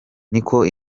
niko